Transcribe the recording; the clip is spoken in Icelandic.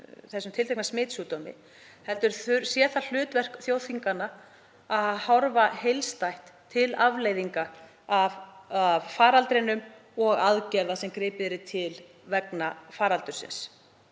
þessum tiltekna smitsjúkdómi heldur sé það hlutverk þjóðþinganna að horfa heildstætt til afleiðinga af faraldrinum og aðgerða sem gripið yrði til vegna faraldursins;